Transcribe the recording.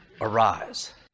Arise